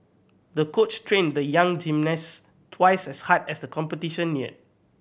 the coach trained the young gymnast twice as hard as the competition neared